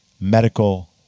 medical